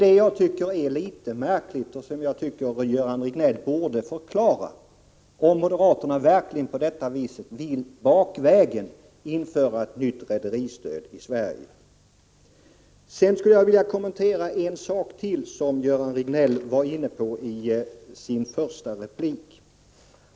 Det är litet märkligt, och därför borde Göran Riegnell förklara varför moderaterna på detta sätt bakvägen vill införa ett nytt rederistöd i Sverige. Jag skulle vilja kommentera ytterligare en sak som Göran Riegnell var inne på i sin första replik.